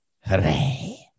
hooray